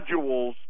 modules